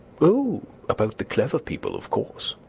oh! about the clever people, of course.